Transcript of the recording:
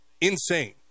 insane